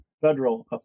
federal